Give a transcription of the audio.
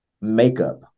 Makeup